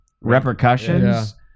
repercussions